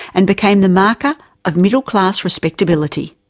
and became the marker of middle-class respectability.